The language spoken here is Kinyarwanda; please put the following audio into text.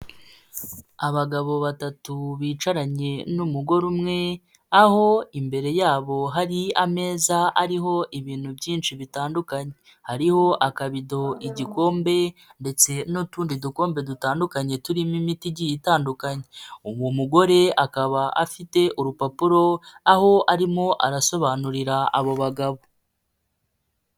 Abagabo batatu bicaranye n'umugore umwe, aho imbere yabo hari ameza ariho ibintu byinshi bitandukanye, hariho akabido, igikombe ndetse n'utundi dukombe dutandukanye turimo imiti igiye itandukanye, uwo mugore akaba afite urupapuro, aho arimo arasobanurira abo bagabo.